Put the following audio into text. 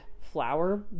flour